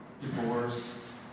divorced